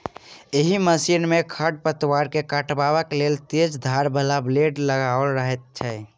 एहि मशीन मे खढ़ पतवार के काटबाक लेल तेज धार बला ब्लेड लगाओल रहैत छै